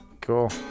Cool